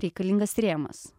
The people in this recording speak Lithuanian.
reikalingas rėmas